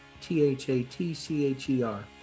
T-H-A-T-C-H-E-R